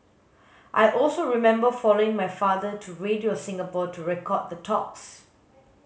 I also remember following my father to Radio Singapore to record the talks